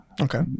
Okay